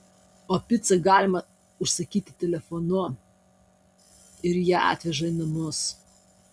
o picą galima užsakyti telefonu ir ją atveža į namus